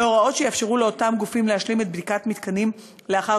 והוראות שיאפשרו לאותם גופים להשלים את בדיקת המתקנים לאחר